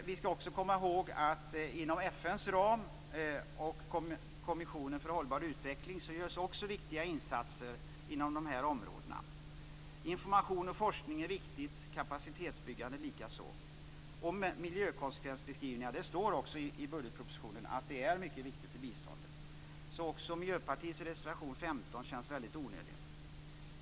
Vi skall också komma ihåg att inom FN:s ram och Kommissionen för hållbar utveckling görs viktiga insatser på områdena. Information och forskning är viktigt, likaså kapacitetsbyggande. Det står i budgetpropositionen att miljökonsekvensbeskrivningar är viktiga i biståndet. Så även Miljöpartiets reservation 15 känns onödig.